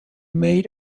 made